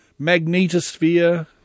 magnetosphere